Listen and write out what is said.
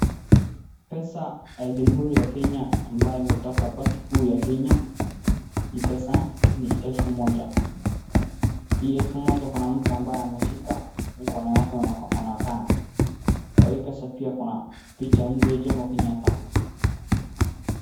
Pesa ya jamuhuri ya kenya ambaye imetoka banki kuu ya Kenya, hii pesa ni elfu moja, hii elfu moja kuna mtu ambaye ameshika, mkono yake unaonekana, kwa hii pesa kuna picha ya Mzee Jomo Kenyatta.